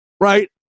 right